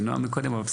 רק